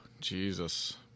Jesus